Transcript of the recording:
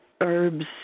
Herbs